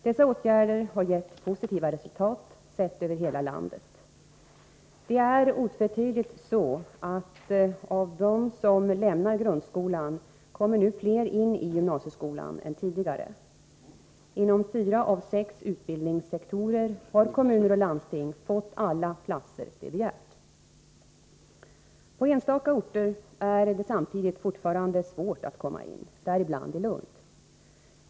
Dessa åtgärder har gett positiva resultat, sett över hela landet. Det är otvetydigt så att av dem som lämnar grundskolan kommer nu fler in i gymnasieskolan än tidigare. Inom fyra av sex utbildningssektorer har kommuner och landsting fått alla platser de begärt. På enstaka orter är det samtidigt fortfarande svårt att komma in, däribland i Lund.